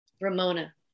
Ramona